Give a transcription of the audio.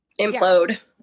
implode